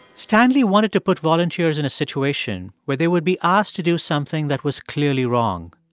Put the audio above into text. stanley wanted to put volunteers in a situation where they would be asked to do something that was clearly wrong.